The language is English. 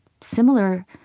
similar